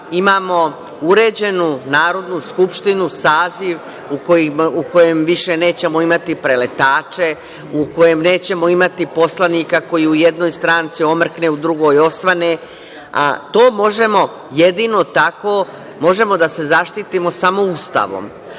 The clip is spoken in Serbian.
imamo uređenu Narodnu skupštinu, saziv u kojem više nećemo imati preletače, u kojem nećemo imati poslanika koji u jednoj stranci omrkne, u drugoj osvane. Možemo da se zaštitimo samo Ustavom,